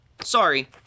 sorry